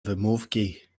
wymówki